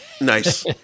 Nice